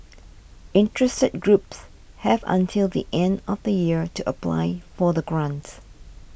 interested groups have until the end of the year to apply for the grant